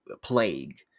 plague